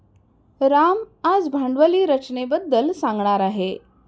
राम आज भांडवली रचनेबद्दल सांगणार आहे